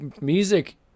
music